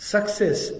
Success